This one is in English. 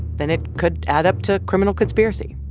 then it could add up to criminal conspiracy.